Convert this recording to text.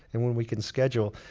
and when we can schedule.